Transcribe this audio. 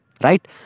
Right